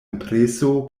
impreso